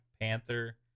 Panther